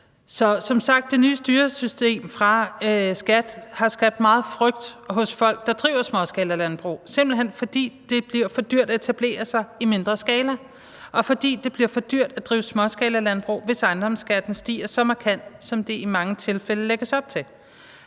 Som sagt har det nye styresystem skabt meget frygt hos folk, der driver småskalalandbrug, simpelt hen fordi det bliver for dyrt at etablere sig i mindre skala, og fordi det bliver for dyrt at drive småskalalandbrug, hvis ejendomsskatten stiger så markant, som det i mange tilfælde lægges op til.